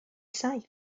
saith